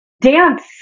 dance